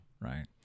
Right